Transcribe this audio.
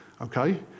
Okay